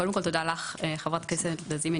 קודם כל תודה לך, חברת הכנסת לזימי.